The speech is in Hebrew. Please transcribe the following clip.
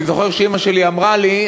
אני זוכר שאימא שלי אמרה לי.